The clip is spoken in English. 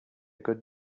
good